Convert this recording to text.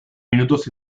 minutos